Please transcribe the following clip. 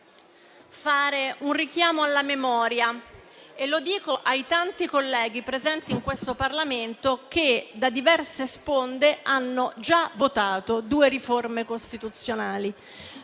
fare un richiamo alla memoria. Mi rivolgo ai tanti colleghi presenti in questo Parlamento che, da diverse sponde, hanno già votato due riforme costituzionali,